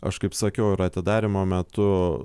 aš kaip sakiau ir atidarymo metu